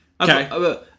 Okay